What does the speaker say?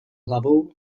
hlavou